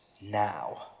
now